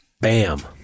bam